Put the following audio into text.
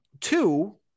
two